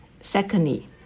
Secondly